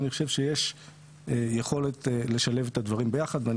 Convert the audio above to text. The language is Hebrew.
אני חושב שיש יכולת לשלב את הדברים ביחד ואני